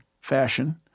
fashion